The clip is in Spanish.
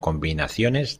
combinaciones